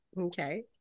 Okay